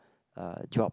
uh drop